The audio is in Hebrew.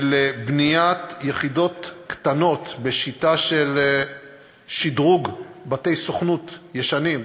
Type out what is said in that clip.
בניית יחידות קטנות בשיטה של שדרוג בתי סוכנות ישנים,